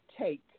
take